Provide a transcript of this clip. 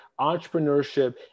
Entrepreneurship